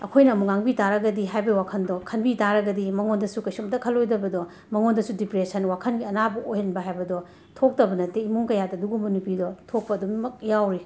ꯑꯩꯈꯣꯏꯅ ꯑꯃꯨꯛ ꯉꯥꯡꯕꯤ ꯇꯥꯔꯒꯗꯤ ꯍꯥꯏꯕꯒꯤ ꯋꯥꯈꯟꯗꯣ ꯈꯟꯕꯤ ꯇꯥꯔꯒꯗꯤ ꯃꯉꯣꯟꯗꯁꯨ ꯀꯩꯁꯨꯝꯇ ꯈꯜꯂꯣꯏꯗꯕꯗꯣ ꯃꯉꯣꯟꯗꯁꯨ ꯗꯤꯄ꯭ꯔꯦꯁꯟ ꯋꯥꯈꯟꯒꯤ ꯑꯅꯥꯕ ꯑꯣꯏꯍꯟꯕ ꯍꯥꯏꯕꯗꯣ ꯊꯣꯛꯇꯕ ꯅꯠꯇꯦ ꯏꯃꯨꯡ ꯀꯌꯥꯗ ꯑꯗꯨꯒꯨꯝꯕ ꯅꯨꯄꯤꯗꯣ ꯊꯣꯛꯄ ꯑꯗꯨꯃꯛ ꯌꯥꯎꯔꯤ